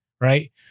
Right